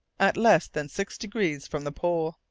at less than six degrees from the pole.